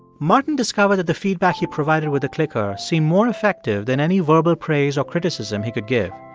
martin discovered that the feedback he provided with the clicker seemed more effective than any verbal praise or criticism he could give.